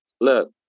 look